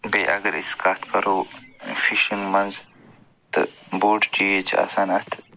بیٚیہِ اگر أسۍ کَتھ کَرو فِشِنٛگ منٛز تہٕ بوٚڈ چیٖز چھِ آسان اَتھ